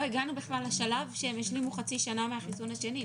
הגענו לשלב שהם השלימו חצי שנה מהחיסון השני.